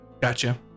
gotcha